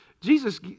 Jesus